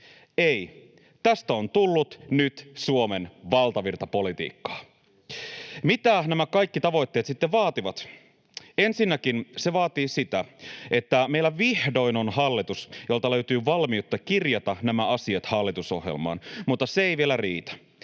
Ei, tästä on tullut nyt Suomen valtavirtapolitiikkaa. Mitä nämä kaikki tavoitteet sitten vaativat? Ensinnäkin se vaatii sitä, että meillä on vihdoin hallitus, jolta löytyy valmiutta kirjata nämä asiat hallitusohjelmaan. Mutta se ei vielä riitä